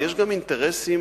יש אינטרסים